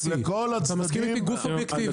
אתה מסכים איתי שהוא גוף אובייקטיבי.